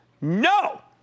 No